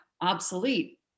obsolete